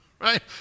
right